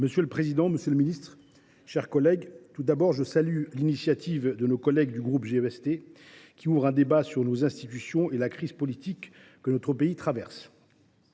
Monsieur le président, monsieur le ministre, mes chers collègues, tout d’abord, je salue l’initiative de nos collègues du groupe GEST, qui ouvrent un débat sur nos institutions et la crise politique que notre pays traverse.